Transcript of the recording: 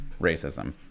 racism